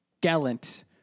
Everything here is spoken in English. gallant